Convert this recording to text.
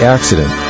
Accident